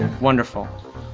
wonderful